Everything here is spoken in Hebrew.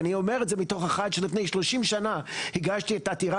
ואני אומר את זה בתור אחד שלפני 30 שנה הגשתי את העתירה